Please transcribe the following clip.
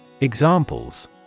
Examples